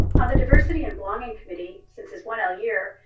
on the diversity and belonging committee since his one l year,